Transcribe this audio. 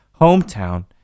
hometown